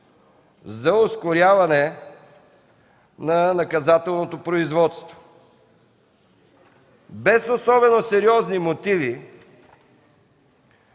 за ускоряване на наказателното производство. Без особено сериозни мотиви